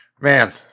Man